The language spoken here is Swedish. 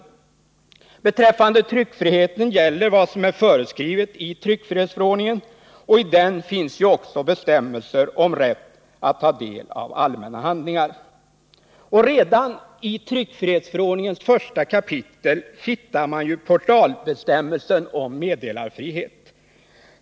Beträffande tryckfriheten gäller vad som är föreskrivet i tryckfrihetsförordningen. I denna finns också bestämmelser om rätt att ta del av allmänna handlingar. Redan i tryckfrihetsförordningens första kapitel hittar man portalbestämmelsen om meddelarfriheten.